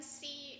see